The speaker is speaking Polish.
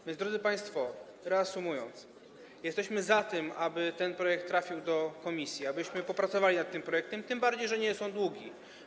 A więc, drodzy państwo, reasumując, jesteśmy za tym, aby ten projekt trafił do komisji, abyśmy popracowali nad tym projektem, tym bardziej że nie jest on długi.